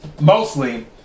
Mostly